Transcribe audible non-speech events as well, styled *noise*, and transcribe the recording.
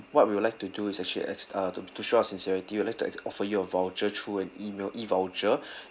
what we will like to do is actually ex~ uh to to show our sincerity we'd like to ex~ offer you a voucher through an email E voucher *breath*